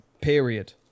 period